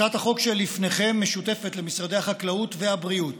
הצעת החוק שלפניכם משותפת למשרדי החקלאות והבריאות